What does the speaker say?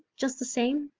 just the same?